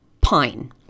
Pine